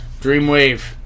Dreamwave